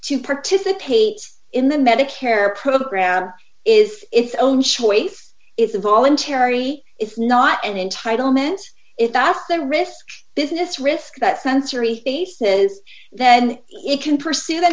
to participate in the medicare program is its own choice is a voluntary it's not an entitlement if that's the risk business risk that sensory basis then it can pursue th